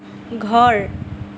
ঘৰ